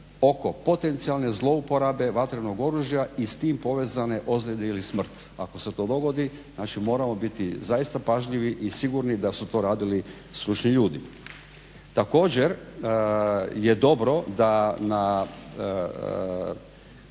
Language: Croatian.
oko potencijalne zlouporabe vatrenog oružja i s tim povezane ozljede ili smrt. Ako se to dogodi znači moramo biti zaista pažljivi i sigurni da su to radili stručni ljudi. Također je dobro da nad